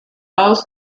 both